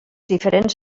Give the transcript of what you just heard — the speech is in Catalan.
diferents